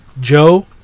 Joe